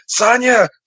Sanya